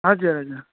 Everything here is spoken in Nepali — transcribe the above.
हजुर हजुर